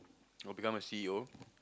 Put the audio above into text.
or become a C_E_O